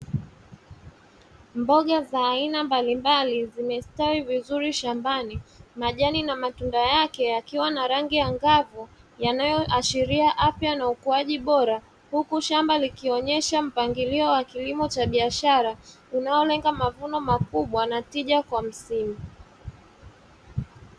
Mboga za aina mbalimbali zimesistawi viziri shambani ,majani na matunda yake yakiwa na rangi angavu, yanayoashiria afya na ukuaji bora; huku shamba likionesha mpangilio wa kilimo cha biashara, unaolenga mavuno makubwa na tija kwa msimu.